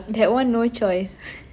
that one no choice